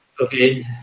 Okay